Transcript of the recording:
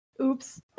Oops